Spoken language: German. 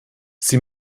sie